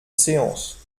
séance